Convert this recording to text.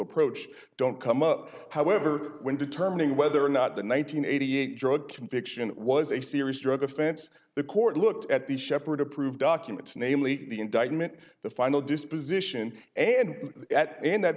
approach don't come up however when determining whether or not the nine hundred eighty eight drug conviction was a serious drug offense the court looked at the shepherd approved documents namely the indictment the final disposition and at and that